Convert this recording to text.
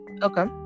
okay